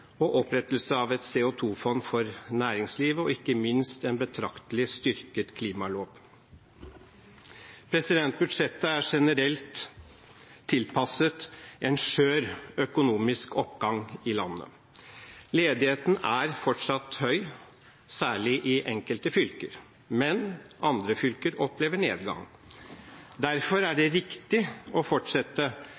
naturvernet, opprettelse av et CO 2 -fond for næringslivet og ikke minst en betraktelig styrket klimalov. Budsjettet er generelt tilpasset en skjør økonomisk oppgang i landet. Ledigheten er fortsatt høy, særlig i enkelte fylker, mens andre fylker opplever nedgang. Derfor er det